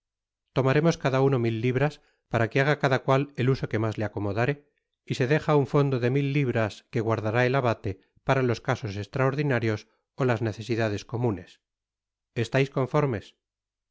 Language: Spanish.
tomaremos cada uno mil libras para que haga cada cual el'usoq'ue mas le acomodáre y se deja un fondo de mil libras qne guardará el abate para los casos estraordinarios ó las necesidades comunes estais conformes